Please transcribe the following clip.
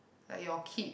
like your kid